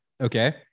Okay